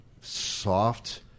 soft